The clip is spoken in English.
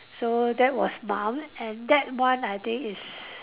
so that was mum and dad one I think is